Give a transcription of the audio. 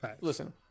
Listen